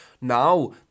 now